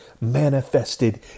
manifested